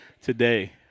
today